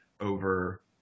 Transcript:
over